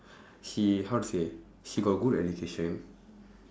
she how to say she got good at decision